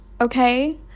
Okay